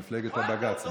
"מפלגת הבג"ץ".